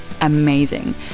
amazing